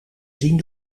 zien